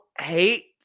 hate